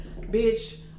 Bitch